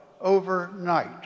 overnight